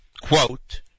Quote